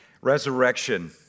Resurrection